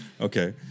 Okay